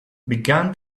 began